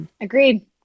agreed